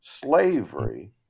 slavery